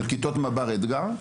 של כיתות מב״ר אתגר,